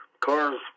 cars